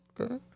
Okay